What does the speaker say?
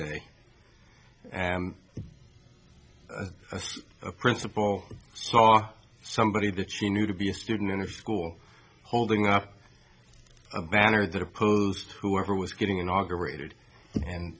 day and a principal saw somebody that you knew to be a student in a school holding up a banner that opposed whoever was getting